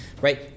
right